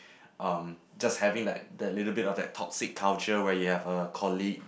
um just having that that little bit of that toxic culture where you have a colleague